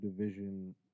division